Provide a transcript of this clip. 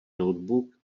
notebook